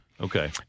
Okay